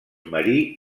marí